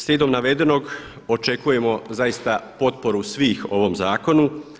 Slijedom navedenog očekujemo zaista potporu svih ovom zakonu.